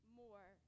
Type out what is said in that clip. more